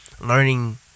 learning